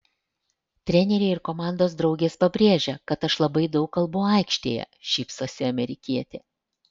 treneriai ir komandos draugės pabrėžia kad aš labai daug kalbu aikštėje šypsosi amerikietė